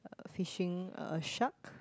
fishing a shark